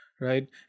right